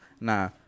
nah